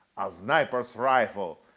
a sniper's rifle,